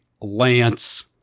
lance